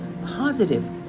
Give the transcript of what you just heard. positive